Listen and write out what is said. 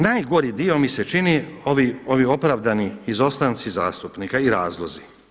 Najgori dio mi se čini ovi opravdani izostanci zastupnika i razlozi.